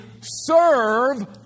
serve